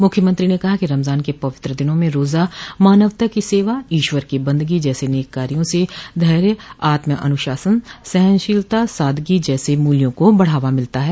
मुख्यमंत्री ने कहा कि रमज़ान के पवित्र दिनों में रोज़ा मानवता की सेवा ईश्वर की बन्दगी जैसे नेक कार्यों से धैर्य आत्म अनुशासन सहनशीलता सादगी जैसे मूल्यों को बढ़ावा मिलता है